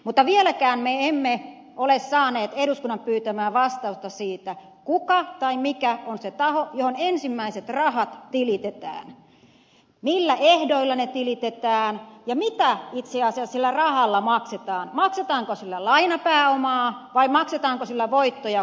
mutta vieläkään me emme ole saaneet eduskunnan pyytämää vastausta siitä kuka tai mikä on se taho johon ensimmäiset rahat tilitetään millä ehdoilla ne tilitetään ja mitä itse asiassa sillä rahalla maksetaan maksetaanko sillä lainapääomaa vai maksetaanko sillä voittoja koronkiskureille